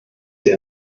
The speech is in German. sie